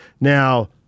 Now